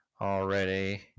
already